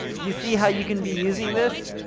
you see how you can be using this,